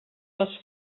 les